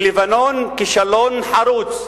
בלבנון כישלון חרוץ,